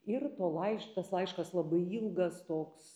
ir to laiš tas laiškas labai ilgas toks